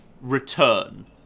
return